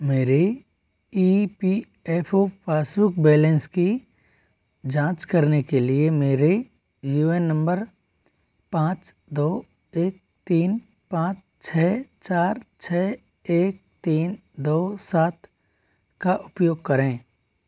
मेरे E P F O passbook balance की जाँच करने के लिए मेरे यू एन नम्बर पाँच दौ एक तीन पाँच छह चार छह एक तीन दो सात का उपयोग करें